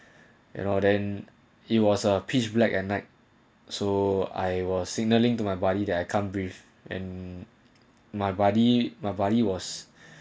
and all then it was a pitch black at night so I was signalling to my body that I can't breathe and my body my body was